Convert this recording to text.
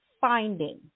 finding